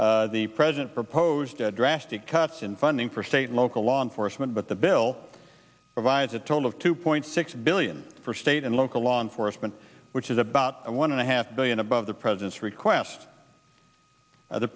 us the president proposed a drastic cuts in funding for state local law enforcement but the bill provides a toll of two point six billion for state and local law enforcement which is a about one and a half billion above the president's request that the